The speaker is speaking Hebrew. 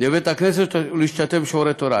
בבית-הכנסת ולהשתתף בשיעורי תורה,